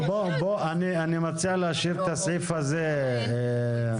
--- אני מציע להשאיר את הסעיף הזה על